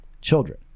Children